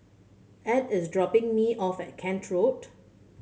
Edw is dropping me off at Kent Road